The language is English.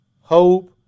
hope